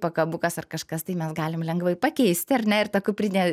pakabukas ar kažkas tai mes galime lengvai pakeisti ar ne ir ta kuprinė